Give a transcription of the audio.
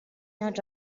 not